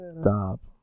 stop